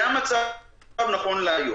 זה המצב נכון להיום.